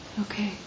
Okay